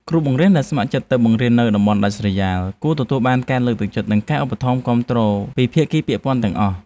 គ្រូបង្រៀនដែលស្ម័គ្រចិត្តទៅបង្រៀននៅតំបន់ដាច់ស្រយាលគួរទទួលបានការលើកទឹកចិត្ត និងការឧបត្ថម្ភគាំទ្របន្ថែមពីភាគីពាក់ព័ន្ធទាំងអស់។